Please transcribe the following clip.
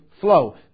flow